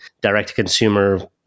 direct-to-consumer